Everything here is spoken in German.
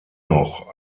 noch